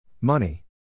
Money